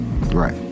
Right